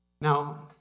Now